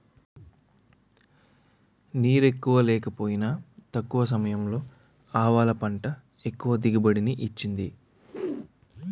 నీరెక్కువ లేకపోయినా తక్కువ సమయంలో ఆవాలు పంట ఎక్కువ దిగుబడిని ఇచ్చింది